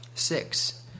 Six